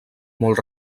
molt